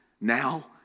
now